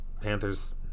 Panthers